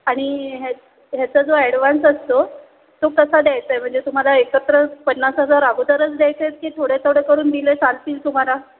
आणि ह्या ह्याचा जो ॲडव्हान्स असतो तो कसा द्यायचा आहे म्हणजे तुम्हाला एकत्र पन्नास हजार अगोदरच द्यायचे आहेत की थोडे थोडे करून दिले चालतील तुम्हाला